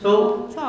so